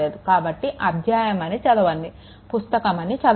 కాబట్టి అధ్యాయం అని చదవండి పుస్తకం అని చదవద్దు